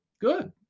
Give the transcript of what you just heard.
good